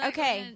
Okay